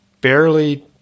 barely